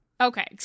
okay